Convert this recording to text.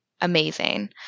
amazing